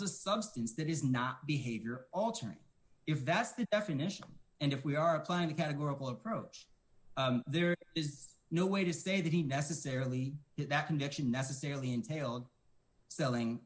o substance that is not behavior altering if that's the definition and if we are applying a categorical approach there is no way to say that he necessarily that conviction necessarily entailed selling